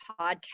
podcast